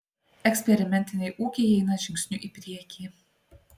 eksperimentiniai ūkiai eina žingsniu į priekį